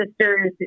sisters